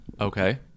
Okay